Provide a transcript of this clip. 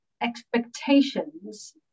expectations